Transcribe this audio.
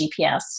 GPS